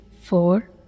four